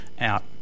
out